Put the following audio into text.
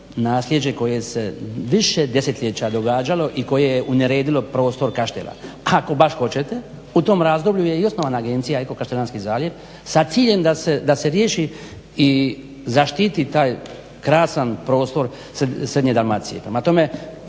naslijeđe koje se više desetljeća događalo i koje je uneredilo prostor Kaštela. A ako baš hoćete u tom razdoblju je i osnovana Agencija Eko-Kaštelanski zaljev sa ciljem da se riješi i zaštiti taj krasan prostor srednje Dalmacije.